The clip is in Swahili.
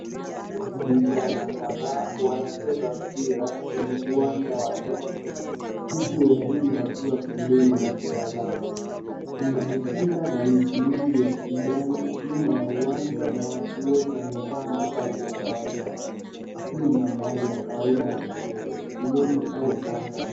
Vijana kadhaa wanacheza mpira kwenye uwanja wa nyasi huku wengine wakiwa pembeni wakitazama. Kuna ukuta na miti mingi ya kijani nyuma ya uwanja na watu wote wamevaa mavazi ya kawaida. Hii ni mandhari ya kawaida ya michezo shuleni au uwanjani.